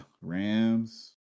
Rams